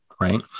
Right